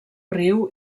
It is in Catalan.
riu